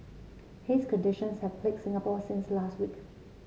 haze conditions have plague Singapore since last week